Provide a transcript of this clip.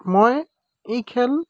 মই এই খেল